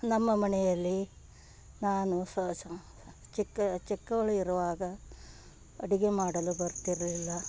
ನಮ್ಮ ಮನೆಯಲ್ಲಿ ನಾನು ಸ ಸ ಚಿಕ್ಕ ಚಿಕ್ಕವಳಿರುವಾಗ ಅಡುಗೆ ಮಾಡಲು ಬರ್ತಿರಲಿಲ್ಲ